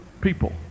people